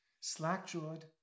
slack-jawed